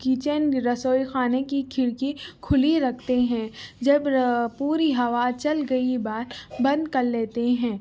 kitchen رسوئی خانے کی کھڑکی کھلی رکھتے ہیں جب پوری ہوا چل گئی بند کر لیتے ہیں